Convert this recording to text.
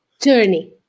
journey